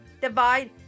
divide